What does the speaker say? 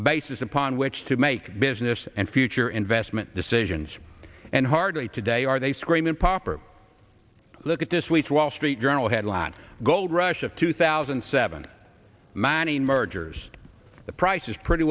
a basis upon which to make business and future investment decisions and hardly today are they scream and pop or look at this week's wall street journal headline gold rush of two thousand and seven manning mergers the price is pretty